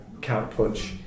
counter-punch